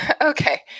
Okay